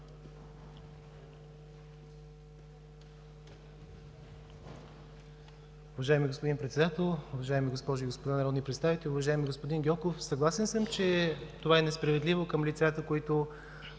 Уважаеми господин Председател, уважаеми госпожи и господа народни представители! Уважаеми господин Гьоков, съгласен съм, че това е несправедливо към лицата, които